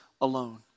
alone